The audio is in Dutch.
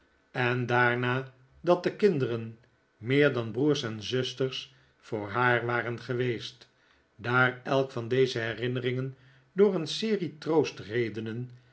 en daarna dat de kinderen meer dan broers en zusters voor haar waren geweest daar elk van deze herinneringen door een serie